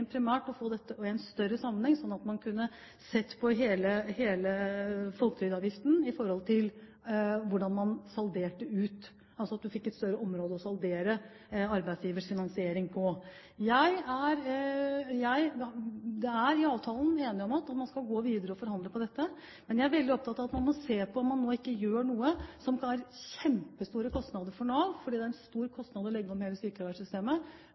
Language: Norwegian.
å få dette i en større sammenheng, at man kunne se på hele folketrygdavgiften med tanke på hvordan man salderte ut, altså at man fikk et større område å saldere arbeidsgivers finansiering på. Det er i avtalen enighet om at man skal gå videre og forhandle om dette, men jeg er veldig opptatt av at man må se til at man nå ikke gjør noe som kan bli kjempestore kostnader for Nav, for det er en stor kostnad å legge om hele sykefraværssystemet,